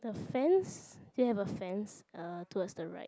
the fence still have a fence uh towards the right